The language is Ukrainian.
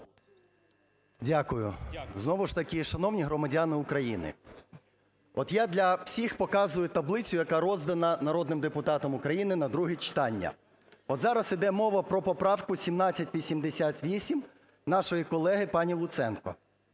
Дякую. Знову ж таки, шановні громадяни України, от я для всіх показую таблицю, яка роздана народним депутатам України на друге читання. От зараз іде мова про поправку 1788 нашої колеги пані Луценко,